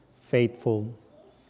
faithful